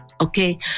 okay